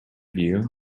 view